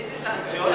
איזה סנקציות?